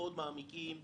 מאוד מעמיקים,